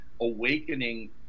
awakening